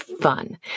fun